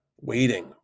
waiting